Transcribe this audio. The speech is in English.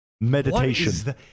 Meditation